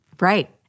Right